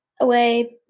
Away